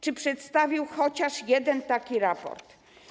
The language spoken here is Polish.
Czy przedstawił chociaż jeden taki raport?